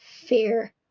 fear